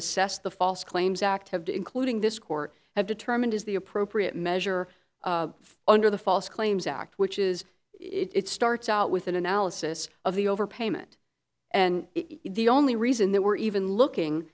assessed the false claims act have to including this court have determined is the appropriate measure under the false claims act which is it starts out with an analysis of the overpayment and the only reason that we're even looking